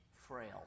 frail